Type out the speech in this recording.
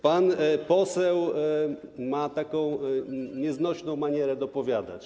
Pan poseł ma taką nieznośną manierę, by dopowiadać.